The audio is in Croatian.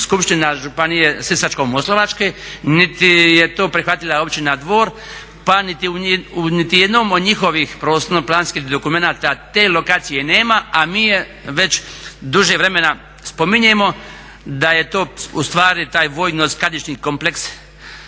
Županije sisačko-moslavačke niti je to prihvatila Općina Dvor pa u niti jednom od njihovih prostorno-planskih dokumenata te lokacije nema, a mi je već duže vremena spominjemo da je to ustvari taj vojno-skladišni kompleks